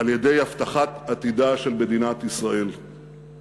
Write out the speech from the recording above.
על-ידי הבטחת עתידה של מדינת ישראל.